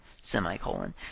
semicolon